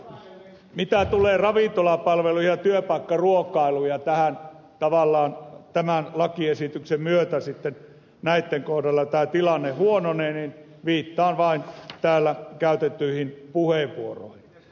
mitä tulee ravintolapalveluihin ja työpaikkaruokailuun ja tähän että tavallaan tämän lakiesityksen myötä näitten tilanne huononee niin viittaan vain täällä käytettyihin puheenvuoroihin